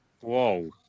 Whoa